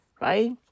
Right